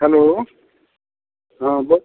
hello हाँ बोल